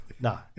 No